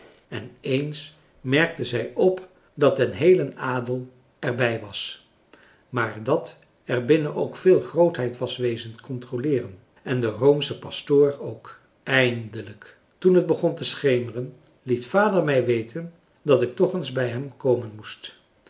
en eens merkte zij op dat den heelen adel er bij was maar dat er binnen ook veel grootheid was wezen controleeren en de roomsche pastoor ook eindelijk toen het begon te schemeren liet vader mij weten dat ik toch eens bij hem komen moest